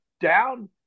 Down